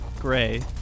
Gray